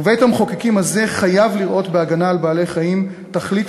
ובית-המחוקקים הזה חייב לראות בהגנה על בעלי-חיים תכלית